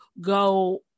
go